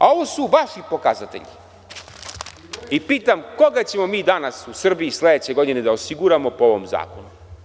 Ovo su vaši pokazatelji i pitam koga ćemo danas u Srbiji sledeće godine da osiguravamo po ovom zakonu?